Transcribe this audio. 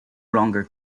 longer